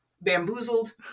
bamboozled